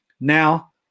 Now